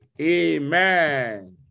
Amen